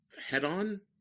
head-on